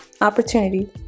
opportunity